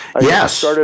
Yes